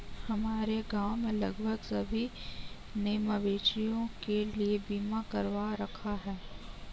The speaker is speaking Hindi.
हमारे गांव में लगभग सभी ने मवेशियों के लिए बीमा करवा रखा है